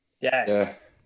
yes